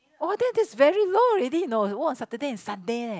oh that that is very low already you know work on Saturday and Sunday leh